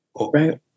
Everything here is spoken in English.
right